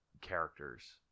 characters